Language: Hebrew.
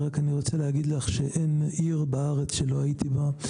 אני רק רוצה להגיד לך שאין עיר בארץ שלא הייתי בה,